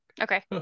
Okay